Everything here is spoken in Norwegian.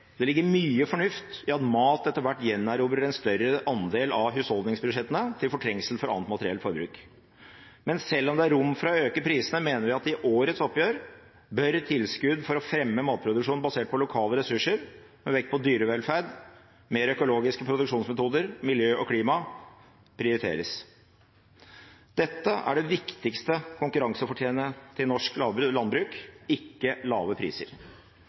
Det ligger mye fornuft i at mat etter hvert gjenerobrer en større andel av husholdningsbudsjettene til fortrengsel for annet materielt forbruk. Men selv om det er rom for å øke prisene, mener vi at i årets oppgjør bør tilskudd for å fremme matproduksjon basert på lokale ressurser, med vekt på dyrevelferd, mer økologiske produksjonsmetoder og miljø og klima, prioriteres. Dette er det viktigste konkurransefortrinnet til norsk landbruk, ikke lave priser.